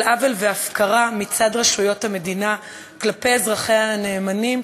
של עוול והפקרה מצד רשויות המדינה כלפי אזרחיה הנאמנים,